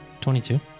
22